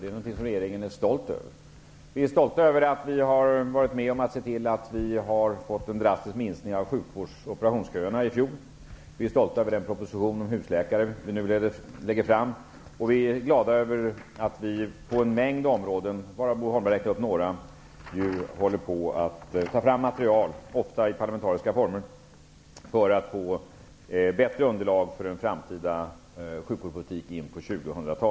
Det är någonting som regeringen är stolt över. Vi är stolta över att vi har varit med om att se till att vi i fjol fick en drastisk minskning av sjukvårds och operationsköerna. Vi är stolta över den proposition om husläkare som vi nu lägger fram, och vi är glada över att vi på en mängd områden -- varav Bo Holmberg har räknat upp några -- håller på att ta fram material, ofta i parlamentariska former, för att få bättre underlag för den framtida sjukvårdspolitiken på 2000-talet.